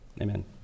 Amen